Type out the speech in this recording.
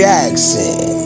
Jackson